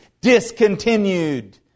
discontinued